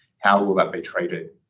how will will that be treated?